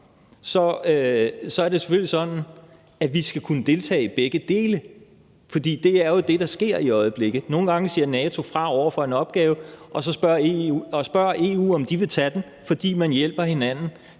at det selvfølgelig er sådan, at vi skal kunne deltage i begge dele. For det er jo det, der sker i øjeblikket. Nogle gange siger NATO fra over for en opgave og spørger EU, om de vil tage den, fordi man hjælper hinanden.